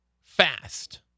fast